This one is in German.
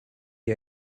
die